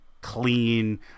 clean